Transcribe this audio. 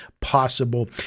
possible